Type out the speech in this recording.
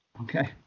Okay